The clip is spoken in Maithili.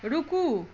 रूकू